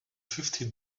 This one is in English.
fifty